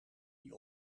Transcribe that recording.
die